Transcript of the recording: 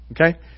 Okay